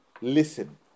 listen